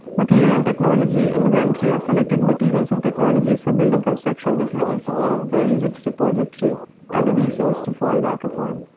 material and technology an inventory of selected materials and technologies for building construction. this is also a very rich repository and a resource to fall back upon.